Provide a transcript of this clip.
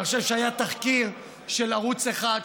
אני חושב שהיה תחקיר של ערוץ 1,